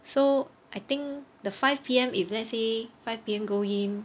so I think the five P_M if let's say five P_M go in